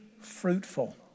fruitful